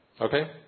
Okay